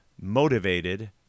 motivated